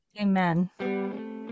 Amen